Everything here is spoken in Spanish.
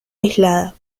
aislada